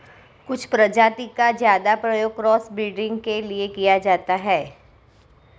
कुछ प्रजाति का ज्यादा प्रयोग क्रॉस ब्रीडिंग के लिए किया जाता है